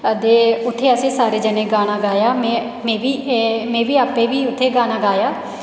ते उत्थै असें सारें जनें गाना गाया में में बी आपें बी उत्थै गाना गाया